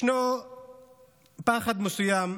ישנו פחד מסוים,